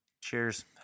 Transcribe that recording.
Cheers